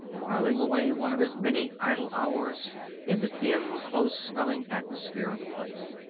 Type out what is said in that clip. whiling away one of his many idle hours in the dim, close-smelling atmosphere of the place.